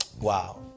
wow